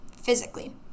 physically